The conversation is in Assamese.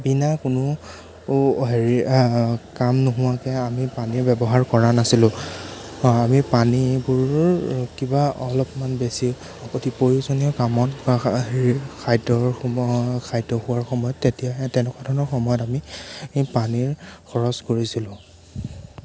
বিনা কোনো হেৰি কাম নোহোৱাকৈ আমি পানী ব্যৱহাৰ কৰা নাছিলোঁ আমি পানীবোৰ কিবা অলপমান বেছি অতি প্ৰয়োজনীয় কামত বা হেৰি খাদ্যৰ সময়ত খাদ্য খোৱাৰ সময়ত তেতিয়াহে তেনেকুৱা ধৰণৰ সময়ত আমি পানীৰ খৰচ কৰিছিলোঁ